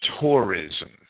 tourism